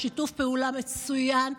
בשיתוף פעולה מצוין,